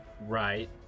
Right